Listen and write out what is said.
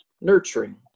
nurturing